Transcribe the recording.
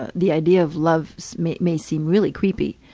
ah the idea of love so may may seem really creepy.